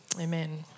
Amen